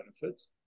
benefits